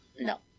No